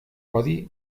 codi